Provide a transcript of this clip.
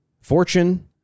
Fortune